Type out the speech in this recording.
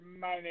money